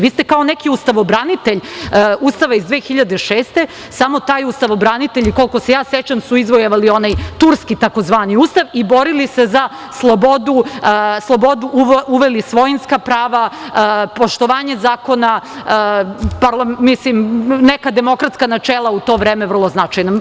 Vi ste kao neki ustavobranitelj Ustava iz 2006. samo taj ustavobranitelj, koliko se ja sećam su izvojevali onaj Turski tzv. Ustav i borili se za slobodu, uveli svojinska prava, poštovanje zakona, mislim neka demokratska načela u to vreme vrlo značajna.